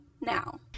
now